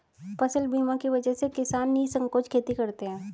फसल बीमा की वजह से किसान निःसंकोच खेती करते हैं